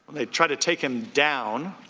they tried to take him down?